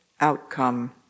outcome